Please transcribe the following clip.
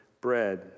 bread